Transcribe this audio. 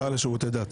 השר לשירותי דת,